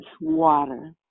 water